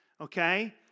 okay